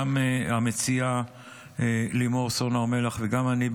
גם המציעה לימור סון הר מלך וגם אני,